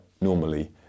normally